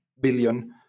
billion